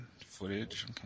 Footage